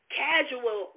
casual